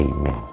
Amen